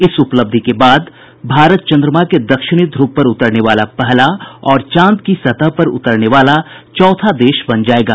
इस उपलब्धि के बाद भारत चन्द्रमा के दक्षिणी ध्रव पर उतरने वाला पहला और चांद की सतह पर उतरने वाला चौथा देश बन जायेगा